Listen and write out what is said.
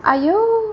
आयौ